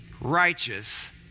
righteous